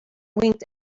winked